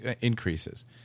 increases